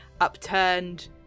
upturned